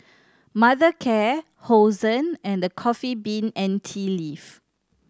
Mothercare Hosen and The Coffee Bean and Tea Leaf